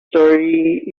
story